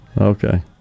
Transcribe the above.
Okay